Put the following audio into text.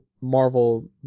Marvel